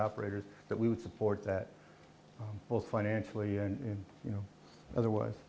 operators that we would support that both financially and in you know otherwise